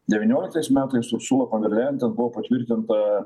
devynioliktais metais ursula fon der layan ten buvo patvirtinta